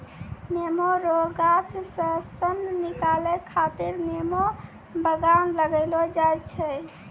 नेमो रो गाछ से सन निकालै खातीर नेमो बगान लगैलो जाय छै